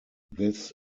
this